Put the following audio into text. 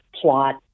plot